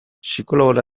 psikologora